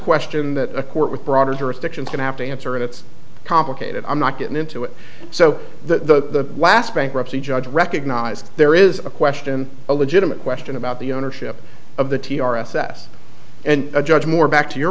question that a court with broader jurisdiction can have to answer and it's complicated i'm not getting into it so the last bankruptcy judge recognized there is a question a legitimate question about the ownership of the t r s s and a judge more back to your